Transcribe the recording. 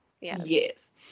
yes